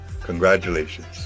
Congratulations